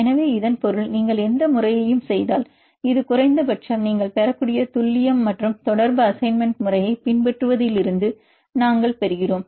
எனவே இதன் பொருள் நீங்கள் எந்த முறையையும் செய்தால் இது குறைந்தபட்சம் நீங்கள் பெறக்கூடிய துல்லியம் மற்றும் தொடர்பு அசைன்மெண்ட் முறையை பின்பற்றுவதிலிருந்து நாங்கள் பெறுகிறோம்